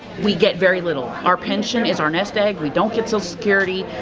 we get very little our pension is our nest egg. we don't get some security.